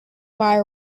why